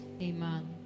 Amen